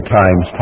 times